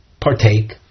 partake